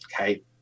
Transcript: okay